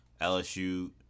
lsu